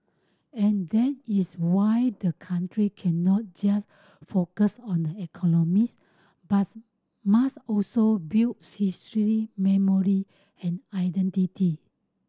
and that is why the country cannot just focus on the economics but must also build history memory and identity